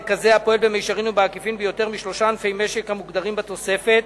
ככזה הפועל במישרין או בעקיפין ביותר משלושה ענפי משק המוגדרים בתוספת,